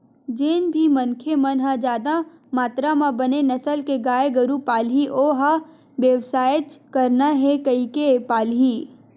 जेन भी मनखे मन ह जादा मातरा म बने नसल के गाय गरु पालही ओ ह बेवसायच करना हे कहिके पालही